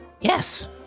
Yes